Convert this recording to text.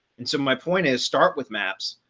and so my point is start with maps.